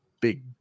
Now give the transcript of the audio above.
big